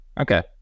Okay